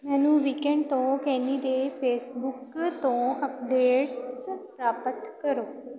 ਮੈਨੂੰ ਵੀਕਐਂਡ ਤੋਂ ਕੇਨੀ ਦੇ ਫੇਸਬੁੱਕ ਤੋਂ ਅਪਡੇਟਸ ਪ੍ਰਾਪਤ ਕਰੋ